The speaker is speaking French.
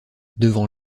devant